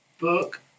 book